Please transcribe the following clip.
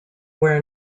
where